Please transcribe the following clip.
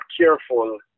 careful